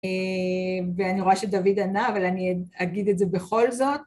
‫ואני רואה שדוד ענה, ‫אבל אני אגיד את זה בכל זאת.